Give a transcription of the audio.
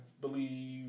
believe